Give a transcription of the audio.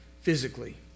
physically